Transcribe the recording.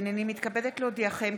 הינני מתכבדת להודיעכם,